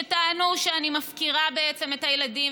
שטענו שאני מפקירה בעצם את הילדים,